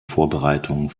vorbereitungen